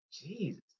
Jesus